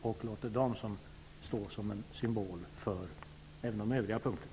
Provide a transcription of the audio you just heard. Jag låter dem stå som symbol för även de övriga punkterna.